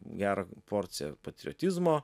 gerą porciją patriotizmo